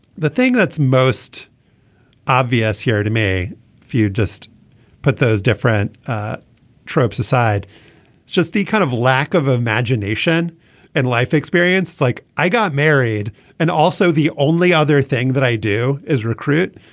the thing that's most obvious here to me a few just put those different tropes aside just the kind of lack of imagination and life experience like. i got married and also the only other thing that i do is recruit.